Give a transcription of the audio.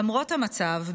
למרות המצב,